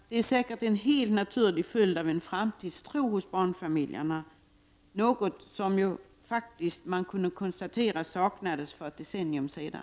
Det är säkert en helt naturlig följd av en framtidstro hos barnfamiljerna — något som man kunde konstatera saknades för ett decennium sedan.